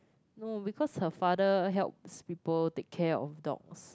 no because her father helps people take care of dogs